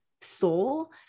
soul